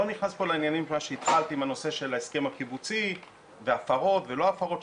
אני לא נכנס פה לעניינים שהתחלת עם ההסכם הקיבוצי והפרות ולא הפרות,